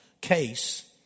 case